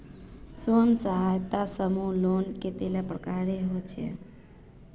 स्वयं सहायता समूह लोन कतेला प्रकारेर होचे?